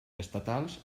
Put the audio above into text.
estatals